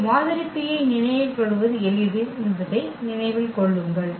இங்கே மாதிரி P ஐ நினைவில் கொள்வது எளிது என்பதை நினைவில் கொள்ளுங்கள்